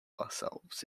ourselves